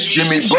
Jimmy